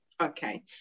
Okay